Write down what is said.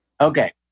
Okay